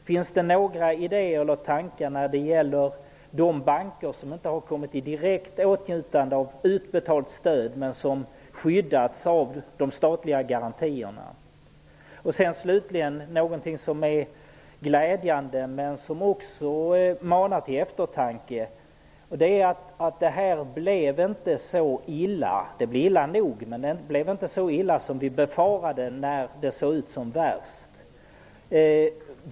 Finns det några idéer eller tankar när det gäller de banker som inte har kommit i direkt åtnjutande av utbetalt stöd men som skyddats av de statliga garantierna? Slutligen något som är glädjande men som också manar till eftertanke. Det blev illa nog men inte så illa som vi befarade när det såg ut som värst.